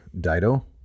Dido